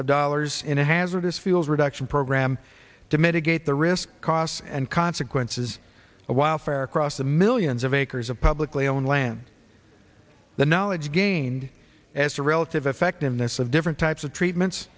of dollars in a hazardous feels reduction program to mitigate the risks costs and consequences while fair across the millions of acres of publicly owned land the knowledge gained as a relative effectiveness of different types of treatments